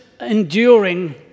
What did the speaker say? enduring